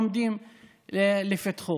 עומדים לפתחו.